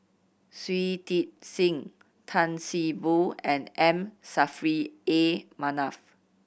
Shui Tit Sing Tan See Boo and M Saffri A Manaf